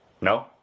No